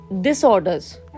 disorders